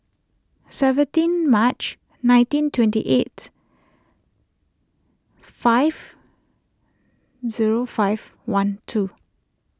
seventeen March nineteen twenty eight five zero five one two